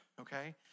okay